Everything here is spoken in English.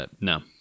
No